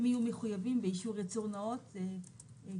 הם יהיו מחויבים באישור ייצור נאות בחוק.